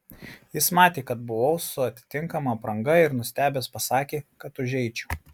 jis matė kad buvau su atitinkama apranga ir nustebęs pasakė kad užeičiau